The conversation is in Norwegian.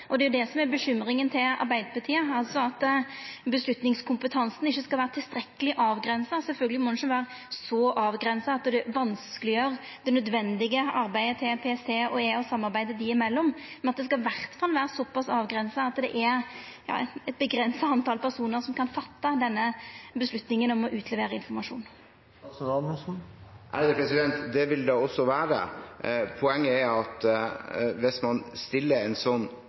Det er jo det som er bekymringa til Arbeidarpartiet, at avgjerdskompetansen ikkje skal vera tilstrekkeleg avgrensa. Sjølvsagt må han ikkje vera så avgrensa at det vanskeleggjer det nødvendige arbeidet til PST og E-tenesta og samarbeidet dei imellom, men at det iallfall skal vera såpass avgrensa at det er eit avgrensa tal personar som kan fatta denne avgjerda om å utlevera informasjon. Det vil det også være. Poenget er at hvis man har en sånn